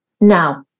now